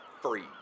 free